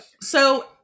So-